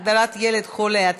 הגדרת ילד חולה),